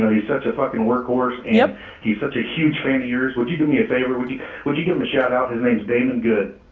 he's such a fucking workhorse, yep. and he's such a huge fan of yours. would you do me a favor? would you would you give him a shout out? his name's damon good.